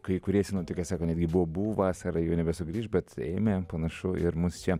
kai kurie sinoptikai sako netgi bobų vasara jau nebesugrįš bet ėmė staiga panašu ir mus čia